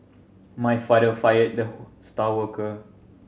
my father fired the star worker